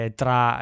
tra